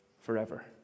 forever